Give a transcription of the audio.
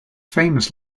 famous